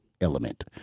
element